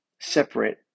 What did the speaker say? separate